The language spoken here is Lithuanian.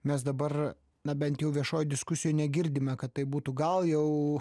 mes dabar na bent jau viešoj diskusijoj negirdime kad taip būtų gal jau